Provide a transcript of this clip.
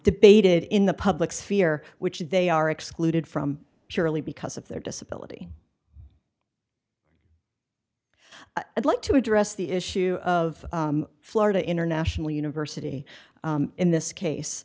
debated in the public sphere which they are excluded from purely because of their disability i'd like to address the issue of florida international university in this case